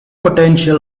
potential